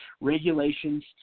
regulations